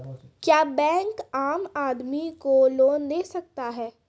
क्या बैंक आम आदमी को लोन दे सकता हैं?